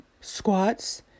squats